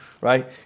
right